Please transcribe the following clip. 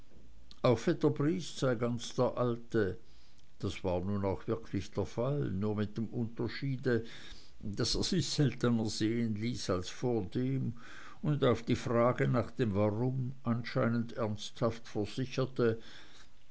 auch vetter briest sei ganz der alte das war nun auch wirklich der fall nur mit dem unterschied daß er sich seltener sehen ließ als vordem und auf die frage nach dem warum anscheinend ernsthaft versicherte